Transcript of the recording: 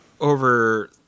over